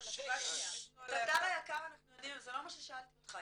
זה לא מה ששאלתי אותך,